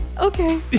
Okay